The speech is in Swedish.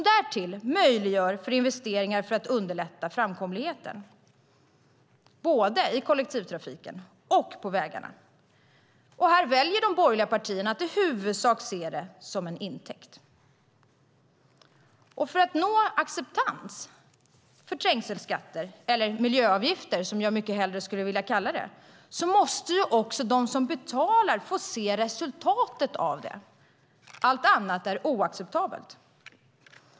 Därtill möjliggör den investeringar för att underlätta framkomligheten både i kollektivtrafiken och på vägarna. Här väljer de borgerliga partierna att i huvudsak se det som en intäkt. För att nå acceptans för trängselskatter - eller miljöavgifter, som jag mycket heller skulle vilja kalla det - måste de som betalar få se resultat av det. Allt annat är oacceptabelt.